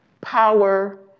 power